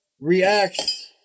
reacts